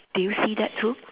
do you see that too